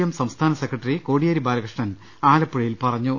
M സംസ്ഥാന secretary Kodiyeri Balakrishnan ആലപ്പുഴയിൽ പറഞ്ഞു